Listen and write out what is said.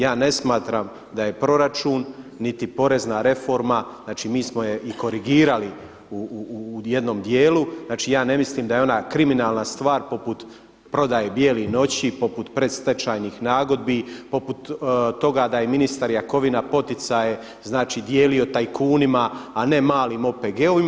Ja ne smatram da je proračun niti porezna reforma, znači mi smo je i korigirali u jednom dijelu, znači ja ne mislim da je ona kriminalna stvar poput prodaje „Bijele noći“, poput predstečajnih nagodbi, poput toga da je ministar Jakovina poticaj znači dijelio tajkunima, a ne malim OPG-ovima.